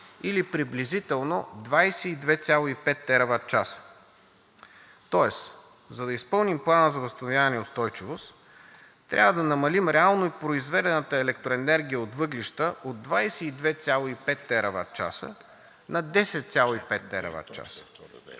или приблизително 22,5 тераватчаса. Тоест, за да изпълним Плана за възстановяване и устойчивост, трябва да намалим реално произведената електроенергия от въглища от 22,5 тераватчаса на 10,5 тераватчаса.